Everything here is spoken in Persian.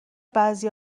بعضی